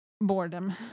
boredom